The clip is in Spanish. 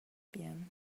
bien